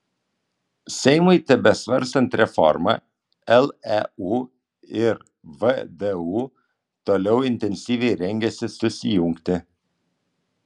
seimui tebesvarstant reformą leu ir vdu toliau intensyviai rengiasi susijungti